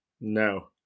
No